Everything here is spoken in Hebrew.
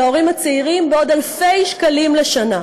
של ההורים הצעירים בעוד אלפי שקלים לשנה.